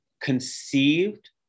conceived